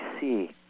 see